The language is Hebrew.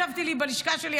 ישבתי לי בלשכה שלי,